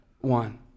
one